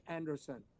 Anderson